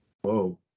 whoa